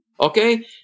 okay